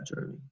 journey